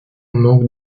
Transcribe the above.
manque